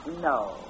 No